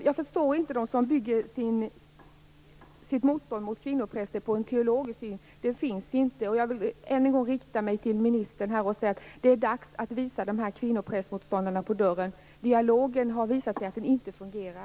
Jag förstår inte dem som bygger sitt motstånd mot kvinnopräster på en teologisk syn. Det finns inget stöd för det. Jag vill än en gång rikta mig till ministern och säga att det är dags att visa kvinnoprästmotståndarna på dörren. Det har visat sig att dialogen inte fungerar.